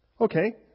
Okay